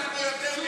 אנחנו יותר מכם.